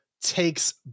takes